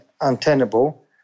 untenable